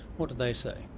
what do they say?